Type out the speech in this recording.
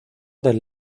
del